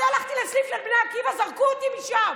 אני הלכתי לסניף של בני עקיבא, זרקו אותי משם